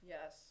Yes